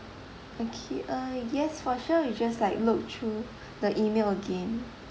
okay uh yes for sure you just like look through the email again